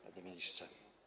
Panie Ministrze!